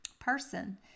person